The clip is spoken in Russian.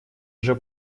уже